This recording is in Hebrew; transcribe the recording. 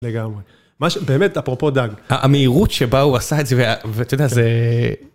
לגמרי, מה ש... באמת אפרופו דג. - המהירות שבה הוא עשה את זה, ואתה יודע, זה...